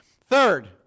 Third